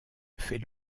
fait